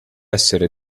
essere